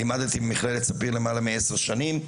לימדתי במכללת ספיר למעלה מעשר שנים.